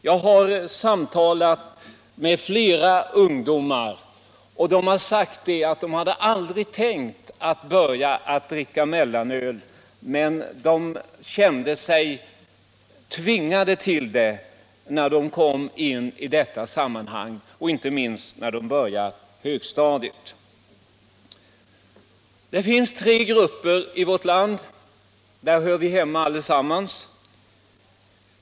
Jag har samtalat med flera ungdomar, och de har sagt att de aldrig hade tänkt att börja dricka mellanöl, men de kände sig tvingade till det inte minst när de började på högstadiet. Det finns tre grupper av människor i vårt land, och i någon av dem hör vi hemma allesammans.